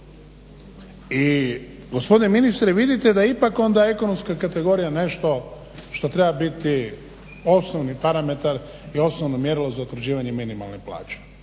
I gospodine ministre vidite da je onda ekonomska kategorija nešto što treba biti osnovni parametar i osnovno mjerilo za utvrđivanje minimalne plaće.